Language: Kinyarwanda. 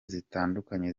zitandukanye